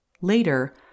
Later